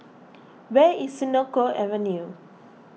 where is Senoko Avenue